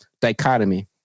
Dichotomy